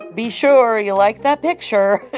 be sure you like that picture,